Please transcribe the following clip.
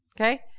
okay